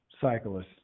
cyclists